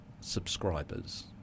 subscribers